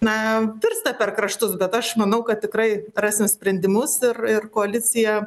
na virsta per kraštus bet aš manau kad tikrai rasim sprendimus ir ir koalicija